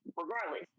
Regardless